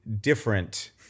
different